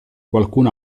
qualcun